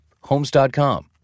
Homes.com